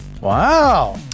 Wow